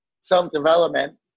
self-development